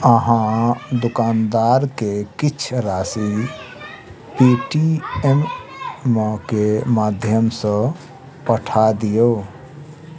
अहाँ दुकानदार के किछ राशि पेटीएमम के माध्यम सॅ पठा दियौ